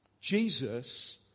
Jesus